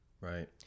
Right